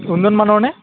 উন্নত মানৰ নে